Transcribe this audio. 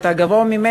אתה גבוה ממני?